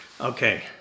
Okay